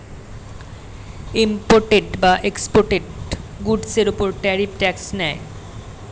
imported বা exported গুডসের উপর ট্যারিফ ট্যাক্স নেয়